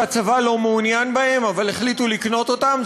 שהצבא לא מעוניין בהן אבל החליטו לקנות אותן.